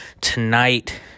Tonight